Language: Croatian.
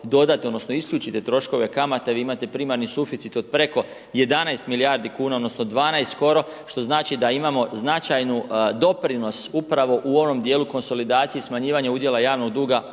dodate odnosno isključite troškove kamata, vi imate primarni suficit od preko 11 milijardi kuna odnosno 12 skoro, što znači da imamo značajnu doprinos upravo u onom dijelu konsolidacije i smanjivanja udjela javnog duga